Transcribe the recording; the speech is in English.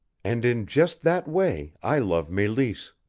and in just that way i love meleese,